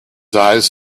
eyes